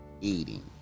eating